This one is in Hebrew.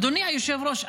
אדוני היושב-ראש,